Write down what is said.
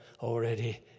already